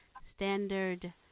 Standard